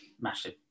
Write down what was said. massive